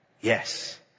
Yes